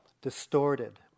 distorted